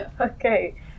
okay